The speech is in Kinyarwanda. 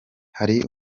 hari